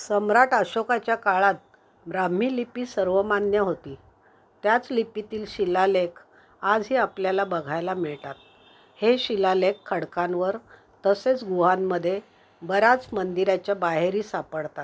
सम्राट अशोकाच्या काळात ब्राह्मी लिपि सर्वमान्य होती त्याच लिपितील शिलालेख आजही आपल्याला बघायला मिळतात हे शिलालेख खडकांवर तसेच गुहांमध्ये बऱ्याच मंदिराच्या बाहेरी सापडतात